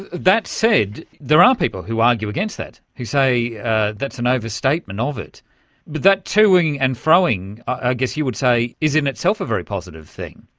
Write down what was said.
that said, there are people who argue against that, who say that's an overstatement of it. but that to-ing and fro-ing, i guess you would say is in itself a very positive thing.